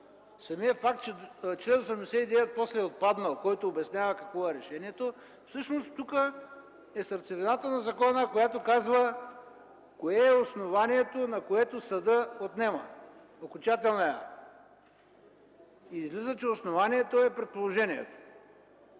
но факт е, че после чл. 79 е отпаднал, който обяснява какво е решението. Всъщност тук е сърцевината на закона, която казва кое е основанието, на което съдът отнема... Излиза, че основанието е „предположението”.